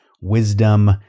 wisdom